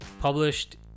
published